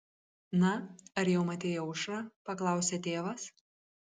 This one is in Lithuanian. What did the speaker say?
na ar jau matei aušrą paklausė tėvas